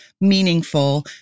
meaningful